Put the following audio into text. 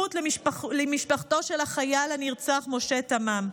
בסמיכות למשפחתו של החייל הנרצח משה תמם.